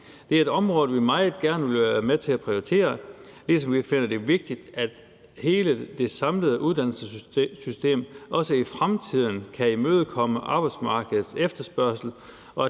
Det er et område, vi meget gerne vil være med til at prioritere, ligesom vi finder det vigtigt, at hele det samlede uddannelsessystem også i fremtiden kan imødekomme arbejdsmarkedets efterspørgsel,